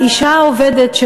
האישה העובדת,